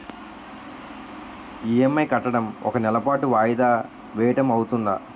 EMI కట్టడం ఒక నెల పాటు వాయిదా వేయటం అవ్తుందా?